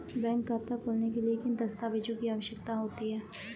Bank खाता खोलने के लिए किन दस्तावेज़ों की आवश्यकता होती है?